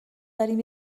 داریم